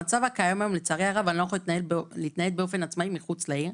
במצב הקיים היום אני לא יכול להתנייד באופן עצמאי מחוץ לעיר,